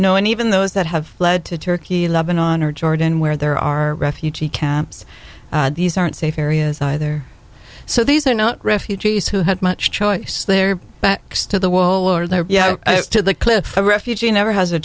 no and even those that have fled to turkey lebanon or jordan where there are refugee camps these aren't safe areas either so these are not refugees who had much choice their backs to the wall were there to the cliff a refugee never has a